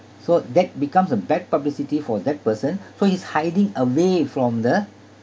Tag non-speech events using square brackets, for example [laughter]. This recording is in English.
so that becomes a bad publicity for that person [breath] so he's hiding away from the